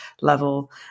level